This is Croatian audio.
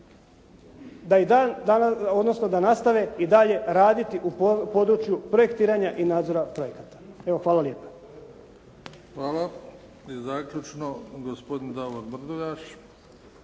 da nastave i dalje raditi u području projektiranja i nadzora projekata. Evo, hvala lijepa. **Bebić, Luka (HDZ)** Hvala. I zaključno, gospodin Davor Mrduljaš,